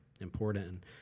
important